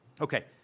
Okay